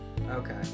Okay